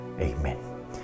Amen